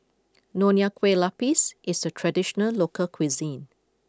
Nonya Kueh Lapis is a traditional local cuisine